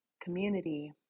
community